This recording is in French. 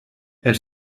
elle